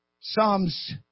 Psalms